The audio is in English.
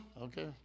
Okay